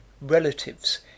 relatives